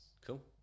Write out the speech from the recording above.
cool